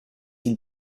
ils